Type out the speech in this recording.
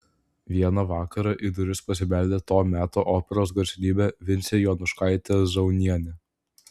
vieną vakarą į duris pasibeldė to meto operos garsenybė vincė jonuškaitė zaunienė